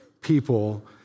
people